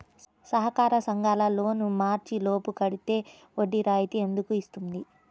సహకార సంఘాల లోన్ మార్చి లోపు కట్టితే వడ్డీ రాయితీ ఎందుకు ఇస్తుంది?